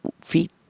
feet